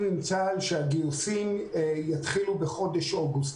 עם צה"ל שהגיוסים יתחילו בחודש אוגוסט.